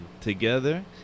together